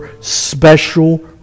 special